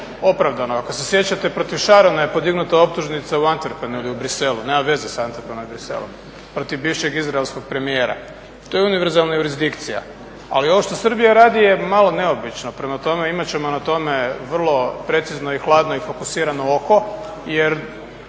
opravdano. Ako se sjećate, protiv Sharona je podignuta optužnica u Antwerpenu ili u Bruxellesu, nema veze s Antwerpenom i Bruxellesom, protiv bivšeg izraelskog premijera. To je univerzalna jurisdikcija, ali ovo što Srbija radi je malo neobično. Prema tome, imat ćemo na tome vrlo precizno i hladno i fokusirano oko jer